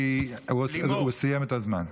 כי הוא סיים את הזמן.